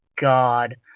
God